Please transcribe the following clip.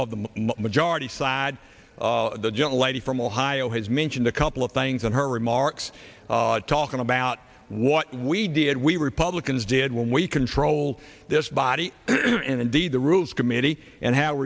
of the majority side the gentle lady from ohio has mentioned a couple of things in her remarks talking about what we did we republicans did when we control this body and indeed the rules committee and how